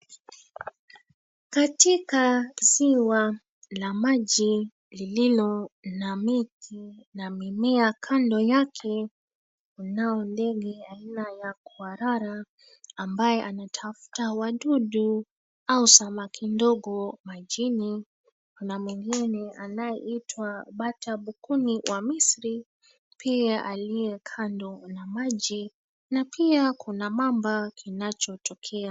Katika kisiwa la maji lililo na miti na mimea kando yake, kunao ndege aina ya kwarara ambaye anatafuta wadudu au samaki ndogo majini. Kuna mwengine anayeitwa bata bukuni wa Misri, pia aliye kando na maji na pia kuna mamba kinachotokea.